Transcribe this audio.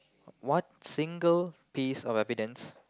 what single piece of evidence